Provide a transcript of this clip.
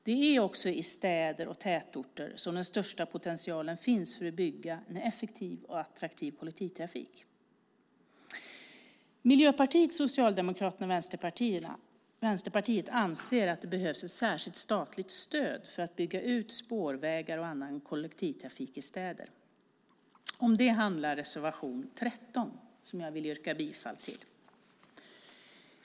Det är också i städer och tätorter som den största potentialen finns för att bygga en effektiv och attraktiv kollektivtrafik. Miljöpartiet, Socialdemokraterna och Vänsterpartiet anser att det behövs ett särskilt statligt stöd för att bygga ut spårvägar och annan kollektivtrafik i städer. Om det handlar reservation 13 som jag vill yrka bifall till.